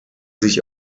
sich